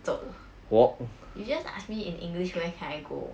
走 you just ask me in english where can I go